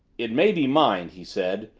it may be mind, he said,